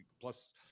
plus